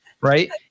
right